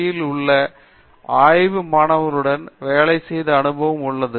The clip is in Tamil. யில் உள்ள ஆய்வு மாணவர்களுடன் வேலை செய்த அனுபவம் உள்ளது